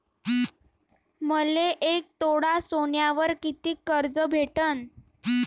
मले एक तोळा सोन्यावर कितीक कर्ज भेटन?